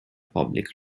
public